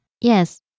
Yes